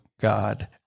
God